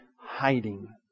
hiding